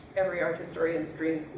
every art historian's dream.